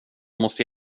måste